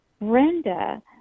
Brenda